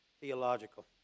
theological